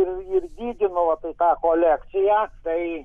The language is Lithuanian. ir ir didinu va tai tą kolekciją tai